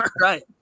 Right